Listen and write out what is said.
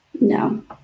No